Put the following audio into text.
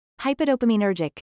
hypodopaminergic